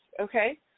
okay